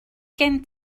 gen